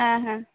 ᱦᱮᱸ ᱦᱮᱸ